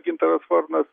gintaras varnas